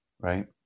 right